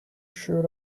shirt